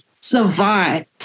survive